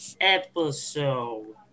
episode